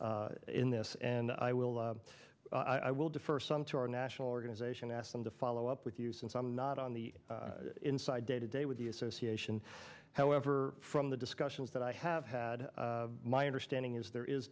in this and i will i will defer some to our national organization ask them to follow up with you since i'm not on the inside day to day with the association however from the discussions that i have had my understanding is there is